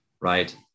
right